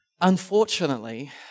Unfortunately